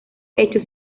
hechos